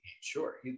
sure